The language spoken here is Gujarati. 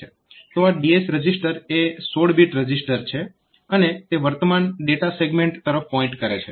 તો આ DS રજીસ્ટર એ 16 બીટ રજીસ્ટર છે અને તે વર્તમાન ડેટા સેગમેન્ટ તરફ પોઇન્ટ કરે છે